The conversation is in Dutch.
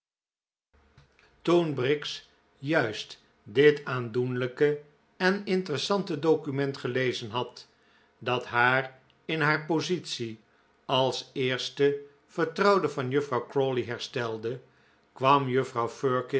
toen briggs juist dit aandoenlijke en interessante document gelezen had dat haar in haar positie als eerste vertrouwde van juffrouw crawley herstelde kwam juffrouw